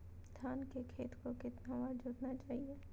धान के खेत को कितना बार जोतना चाहिए?